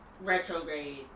retrograde